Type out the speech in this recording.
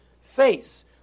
face